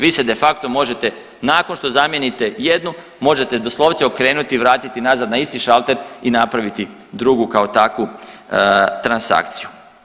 Vi se de facto možete nakon što zamijenite jednu možete doslovce okrenuti i vratiti nazad na isti šalter i napraviti drugu kao takvu transakciju.